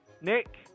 Nick